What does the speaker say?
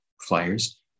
flyers